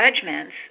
judgments